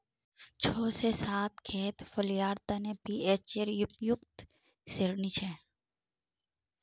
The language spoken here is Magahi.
छह से सात खेत फलियार तने पीएचेर उपयुक्त श्रेणी छे